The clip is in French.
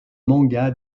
manga